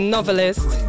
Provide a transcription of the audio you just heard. Novelist